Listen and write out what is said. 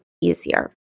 easier